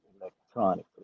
electronically